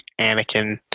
anakin